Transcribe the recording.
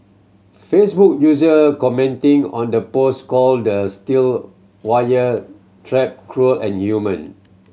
facebook user commenting on the post called the steel wire trap cruel and inhumane